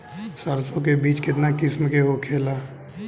सरसो के बिज कितना किस्म के होखे ला?